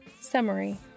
Summary